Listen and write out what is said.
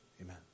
Amen